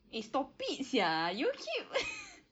eh stop it [sial] you keep